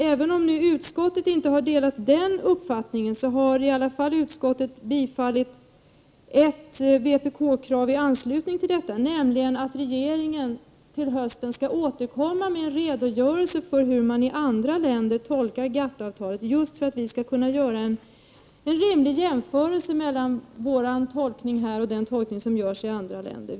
Även om utskottet inte har delat den uppfattningen har utskottet i alla fall tillstyrkt ett vpk-krav i anslutning till detta, nämligen att regeringen till hösten skall återkomma med en redogörelse för hur man i andra länder tolkar GATT:-avtalet, just för att vi skall kunna göra en rimlig jämförelse mellan vår tolkning och den som görs i andra länder.